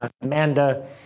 Amanda